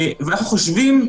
אנחנו חושבים,